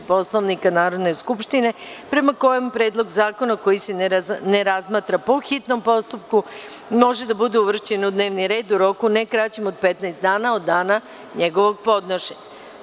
Poslovnika Narodne skupštine, prema kojem predlog zakona koji se ne razmatra po hitnom postupku može da bude uvršćen u dnevni red u roku ne kraćem od 15 dana od dana njegovog podnošenja.